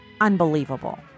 Unbelievable